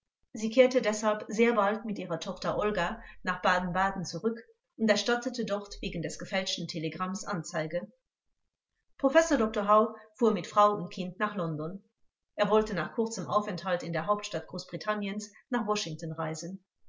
sie kehrte deshalb sehr bald mit ihrer tochter olga nach baden-baden zurück und erstattete dort wegen des gefälschten telegramms anzeige professor dr hau fuhr mit frau und kind nach london er wollte nach kurzem aufenthalt in der hauptstadt großbritanniens nach washington reisen